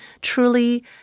truly